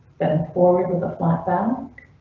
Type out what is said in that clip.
but forward with a flat back.